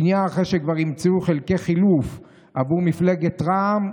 שנייה אחרי שכבר ימצאו חלקי חילוף למפלגת רע"מ,